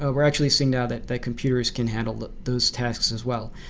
ah we're actually seeing now that that computers can handle those tasks as well,